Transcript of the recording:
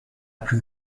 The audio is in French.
plus